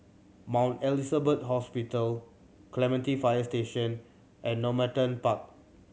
Mount Elizabeth Hospital Clementi Fire Station and Normanton Park